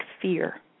fear